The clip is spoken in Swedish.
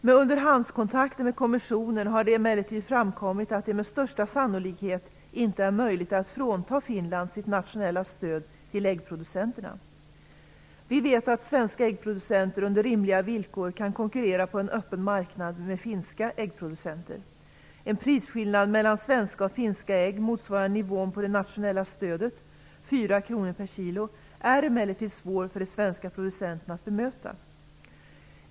Vid underhandskontakter med EG kommissionen har det emellertid kommit fram att det med största sannolikhet inte är möjligt att frånta Finland dess nationella stöd till äggproducenterna. Vi vet att svenska äggproducenter under rimliga villkor kan konkurrera med finska äggproducenter på en öppen marknad. En prisskillnad mellan svenska och finska ägg motsvarande nivån på det nationella stödet, 4 kr/kg, är emellertid svår för de svenska producenterna att bemöta.